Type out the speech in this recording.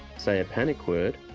say a panic word,